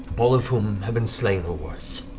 all of whom have been slain or worse.